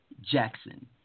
Jackson